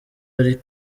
ari